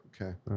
Okay